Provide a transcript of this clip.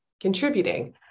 contributing